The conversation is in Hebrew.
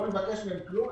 לא נבקש כלום,